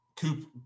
Coop